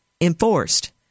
enforced